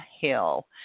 Hill